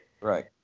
Right